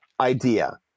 idea